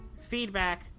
feedback